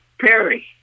Perry